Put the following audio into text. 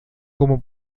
como